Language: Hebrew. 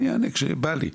אני אענה כשבא לי".